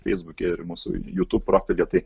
feisbuke ir mūsų jutub profilį tai